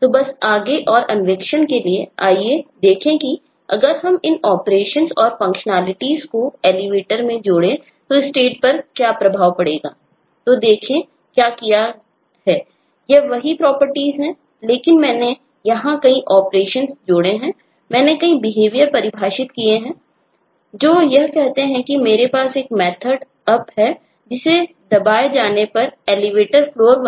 तो बस आगे और अन्वेषण के लिए आइए देखें किअगर हम इन ऑपरेशन